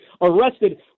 arrested